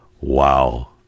Wow